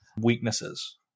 weaknesses